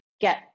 get